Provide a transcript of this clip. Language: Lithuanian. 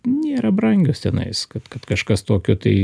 nėra brangios tenais kad kad kažkas tokio tai